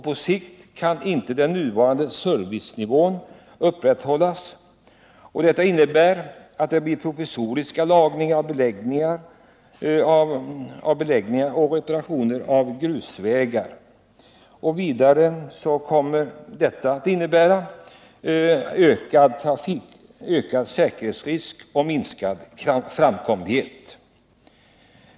På sikt kan inte den nuvarande servicenivån upprätthållas, vilket innebär att det måste bli provisoriska reparationer av beläggningar och grusvägar. Vidare kommer detta att medföra en ökning av säkerhetsriskerna och en försämring av framkomligheten.